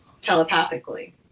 telepathically